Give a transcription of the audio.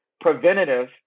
preventative